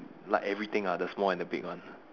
like everything ah the small and the big one